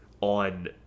on